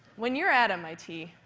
when you're at mit,